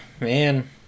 man